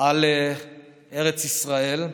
על ארץ ישראל.